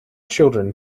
children